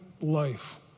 life